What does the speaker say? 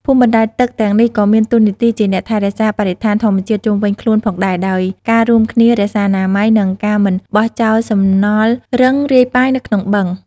ភូមិបណ្ដែតទឹកទាំងនេះក៏មានតួនាទីជាអ្នកថែរក្សាបរិស្ថានធម្មជាតិជុំវិញខ្លួនផងដែរ ដោយការរួមគ្នារក្សាអនាម័យ និងការមិនបោះចោលសំណល់រឹងរាយប៉ាយនៅក្នុងបឹង។